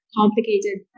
complicated